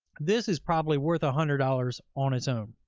this is probably worth a hundred dollars on its own.